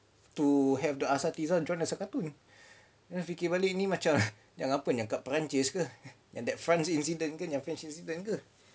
to have the asatizah drawn as a cartoon then aku fikir balik ni macam kenapa nak terperinci sangat